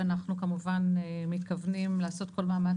אנחנו כמובן מתכוונים לעשות כל מאמץ